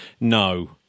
No